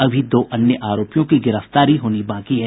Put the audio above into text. अभी दो अन्य आरोपियों की गिरफ्तारी होनी बाकी है